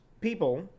people